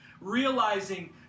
realizing